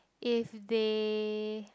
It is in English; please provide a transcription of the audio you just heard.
if they